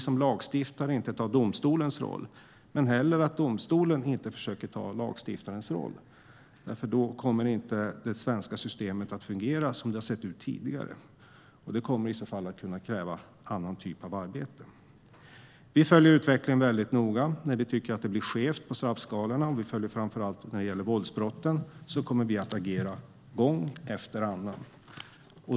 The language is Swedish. Som lagstiftare ska vi inte ta domstolens roll, och domstolen ska inte heller försöka ta lagstiftarens roll, för då kommer det svenska systemet inte att fungera som det har sett ut tidigare. Det kommer i så fall att kräva en annan typ av arbete. Vi följer utvecklingen noga. När vi tycker att det blir skevt på straffskalorna, framför allt när det gäller våldsbrotten, kommer vi att agera - gång efter annan.